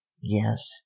Yes